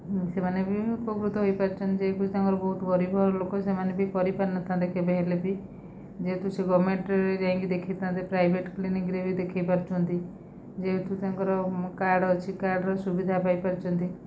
ସେମାନେ ବି ଉପକୃତ ହେଇପାରିଛନ୍ତି ଯେହେତୁ ତାଙ୍କର ବହୁତ ଗରିବଲୋକ ସେମାନେ ବି କରିପାରିନଥାନ୍ତେ କେବେହେଲେ ବି ଯେହେତୁ ସେ ଗଭର୍ଣ୍ଣମେଣ୍ଟରେ ଯାଇକି ଦେଖେଇଥାନ୍ତେ ପ୍ରାଇଭେଟ କ୍ଲିନିକରେ ବି ଦେଖେଇପାରୁଛନ୍ତି ଯେହେତୁ ତାଙ୍କର କାର୍ଡ଼ ଅଛି କାର୍ଡ଼ର ସୁବିଧା ପାଇପାରୁଛନ୍ତି